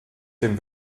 dem